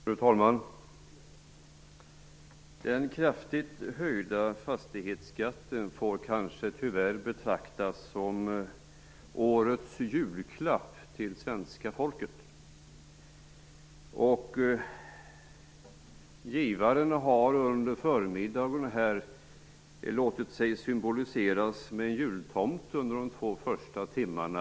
Fru talman! Den kraftigt höjda fastighetsskatten får, tyvärr, kanske betraktas som årets julklapp till svenska folket. Givaren har under förmiddagen här låtit sig symboliseras med en jultomte under de två första debattimmarna.